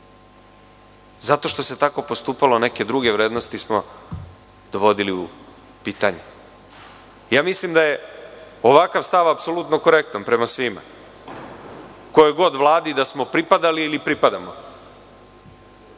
Zato što se tako postupalo neke druge vrednosti smo dovodili u pitanje. Mislim da je ovakav stav apsolutno korektan prema svima kojoj god Vladi da smo pripadali ili pripadamo. Žao